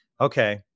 okay